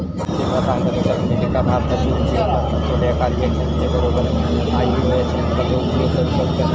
सिमा सांगत होता, अमेरिका, भारताचे उपयोगकर्ता थोड्या कार्यक्षमते बरोबर आई.ओ.एस यंत्राचो उपयोग करू शकतत